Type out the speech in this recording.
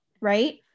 right